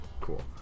cool